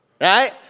right